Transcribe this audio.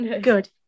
Good